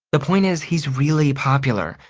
the point is he's really popular.